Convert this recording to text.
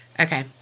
Okay